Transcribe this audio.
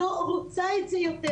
לא רוצה את זה יותר,